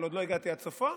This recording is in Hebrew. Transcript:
אבל עוד לא הגעתי עד סופו,